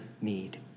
need